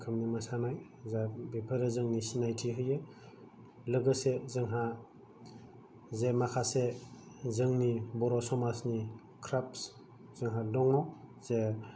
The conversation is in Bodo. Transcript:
रोखोमनि मोसानाय जा बेफोरो जोंनि सिनायथि होयो लोगोसे जोंहा जे माखासे जोंनि बर' समाजनि क्राफ्टस जोंहा दङ जे